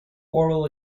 oral